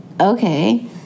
okay